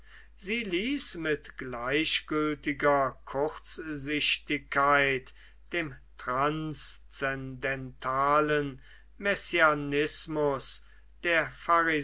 sie ließ mit gleichgültiger kurzsichtigkeit dem transzendentalen messianismus der